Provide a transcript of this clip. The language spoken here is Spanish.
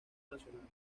nacional